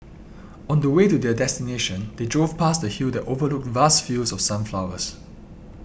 on the way to their destination they drove past a hill that overlooked vast fields of sunflowers